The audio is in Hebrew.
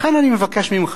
לכן אני מבקש ממך,